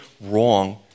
wrong